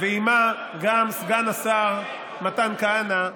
ועימה גם סגן השר מתן כהנא,